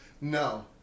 No